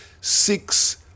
six